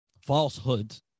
falsehoods